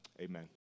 amen